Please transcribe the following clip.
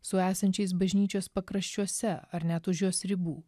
su esančiais bažnyčios pakraščiuose ar net už jos ribų